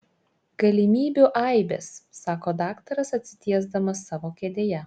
galimybių aibės sako daktaras atsitiesdamas savo kėdėje